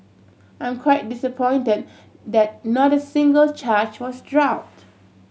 I'm quite disappoint that not single charge was dropped